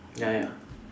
ya ya